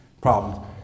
problems